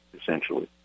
essentially